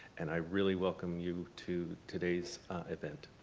and i really welcome you to today's event.